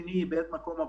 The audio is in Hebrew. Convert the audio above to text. והשני איבד מקום עבודה,